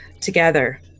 together